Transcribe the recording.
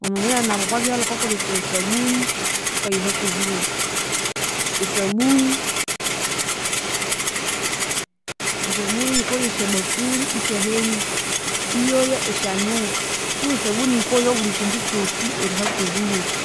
Wamanza nerinaba okwabyalha wukakolesaya esabuni wukayiha kwoburofu. Esabuni, esabuni yikowaya esyabakulhi isyahenia. Iyoya esyanyungu. Tu esabuni yikowaya buli kyindu kyosi eriha kwoburofu